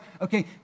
okay